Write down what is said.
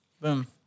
Boom